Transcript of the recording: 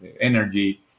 energy